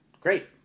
great